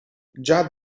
già